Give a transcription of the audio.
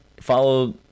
follow